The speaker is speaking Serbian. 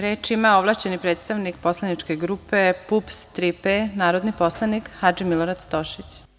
Reč ima ovlašćeni predstavnik poslaničke grupe PUPS – „Tri P“, narodni poslanik Hadži Milorad Stošić.